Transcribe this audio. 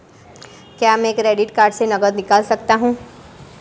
क्या मैं credit card से नकद निकाल सकता हूँ?